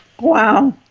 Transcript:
wow